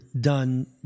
done